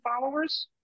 followers